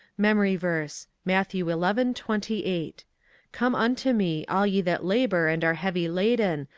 memory verse, matthew eleven twenty eight come unto me, all ye that labor and are heavy laden,